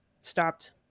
stopped